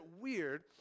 weird